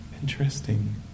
interesting